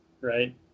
right